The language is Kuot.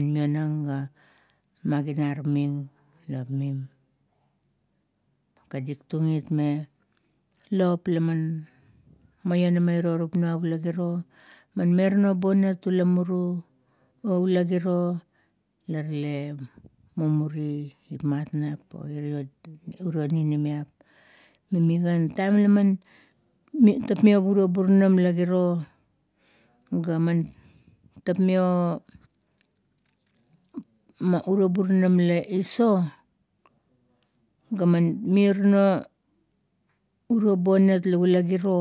mionang ga magidar ming lop mim. Man kadik tung it me, lop la man maionama iro tap nuap ula giro, man merano bunat ula muru o ula giro. La rale mumuri lap mat nap. iro urio ninimiap, taim laman tapmio. Gaman tapmio o urio burunam la iso. Ga man mirano urio bonat la giro.